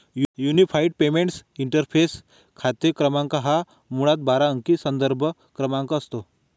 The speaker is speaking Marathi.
युनिफाइड पेमेंट्स इंटरफेस खाते क्रमांक हा मुळात बारा अंकी संदर्भ क्रमांक असतो